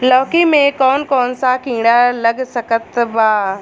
लौकी मे कौन कौन सा कीड़ा लग सकता बा?